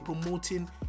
promoting